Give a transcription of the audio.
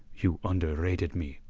you underrated me.